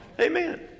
Amen